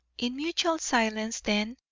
in mutual silence, then,